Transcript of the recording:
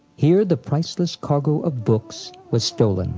here the priceless cargo of books was stolen